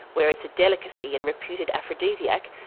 where it's a delicacy and reputed aphrodisiac,